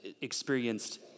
experienced